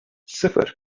sıfır